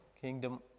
kingdom